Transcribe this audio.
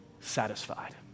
satisfied